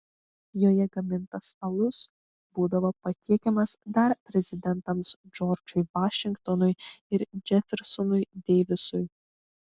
joje gamintas alus būdavo patiekiamas dar prezidentams džordžui vašingtonui ir džefersonui deivisui